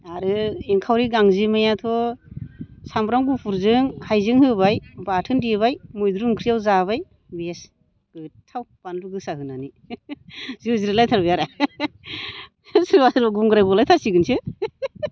आरो एंखावरि गांजेमायाथ' सामब्राम गुफुरजों हाइजें होबाय बाथोन देबाय मैद्रु ओंख्रियाव जाबाय बेस्ट गोथ्थाव बानलु गोसा होनानै जोज्रिद लायथारबाय आरो सोरबा सोरबा गुंग्राय गलाय थारसिगोनसो